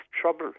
trouble